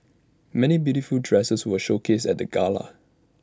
many beautiful dresses were showcased at the gala